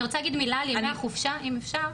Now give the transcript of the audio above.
אני רוצה להגיד מילה על ימי החופשה, אם אפשר.